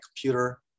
computer